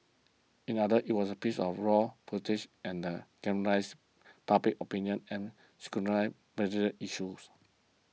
in others it was a piece of raw footage and galvanised public opinion and scrutinize issues